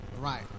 Right